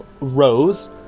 rows